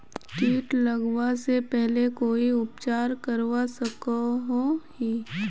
किट लगवा से पहले कोई उपचार करवा सकोहो ही?